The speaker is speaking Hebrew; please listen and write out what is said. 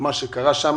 מה שקרה שם